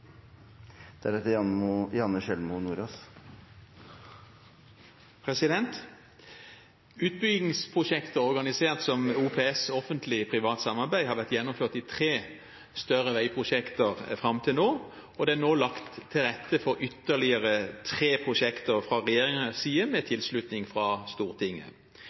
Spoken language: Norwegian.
der vil en åpning for konkurranse i persontrafikken være helt sentralt for vår regjering. Utbyggingsprosjekt organisert som OPS, offentlig-privat samarbeid, har vært gjennomført i tre større veiprosjekter fram til nå, og det er lagt til rette for ytterligere tre prosjekter fra regjeringens side med tilslutning fra Stortinget.